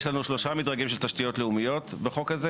יש לנו שלושה מדרגים של תשתיות לאומיות בחוק הזה